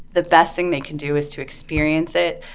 the best thing they can do is to experience it,